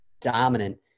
dominant